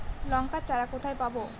লঙ্কার চারা কোথায় পাবো?